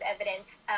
evidence